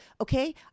okay